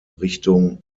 richtung